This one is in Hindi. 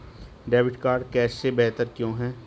डेबिट कार्ड कैश से बेहतर क्यों है?